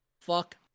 Fuck